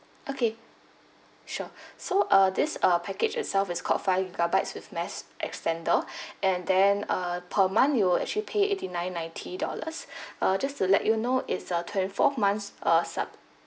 okay sure so uh this uh package itself is called five gigabytes with mesh extender and then err per month you will actually pay eighty nine ninety dollars uh just to let you know it's a twenty four month uh sub~